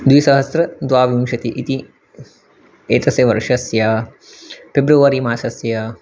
द्विसहस्रद्वाविंशतिः इति एतस्य वर्षस्य फेब्रुवरि मासस्य